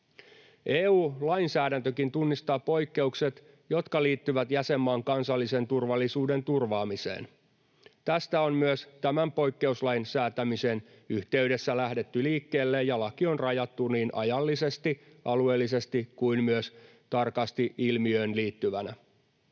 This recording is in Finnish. EU-lainsäädäntökin tunnistaa poikkeukset, jotka liittyvät jäsenmaan kansallisen turvallisuuden turvaamiseen. Tästä on myös tämän poikkeuslain säätämisen yhteydessä lähdetty liikkeelle, ja laki on rajattu niin ajallisesti, alueellisesti kuin myös tarkasti ilmiöön liittyvänä.